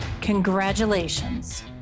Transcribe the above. Congratulations